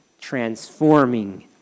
transforming